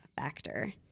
factor